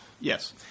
yes